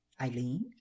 Eileen